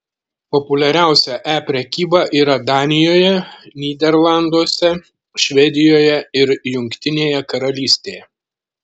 populiariausia e prekyba yra danijoje nyderlanduose švedijoje ir jungtinėje karalystėje